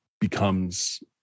becomes